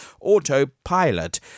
Autopilot